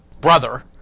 brother